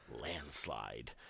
landslide